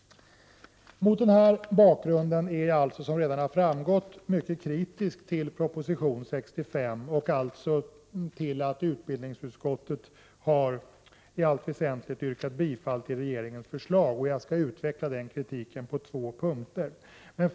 Mot denna bakgrund är jag alltså, som redan har framgått, mycket kritisk till proposition 65 och därmed till att utbildningsutskottet i allt väsentligt har yrkat bifall till regeringens förslag. Jag skall utveckla den kritiken på två punkter.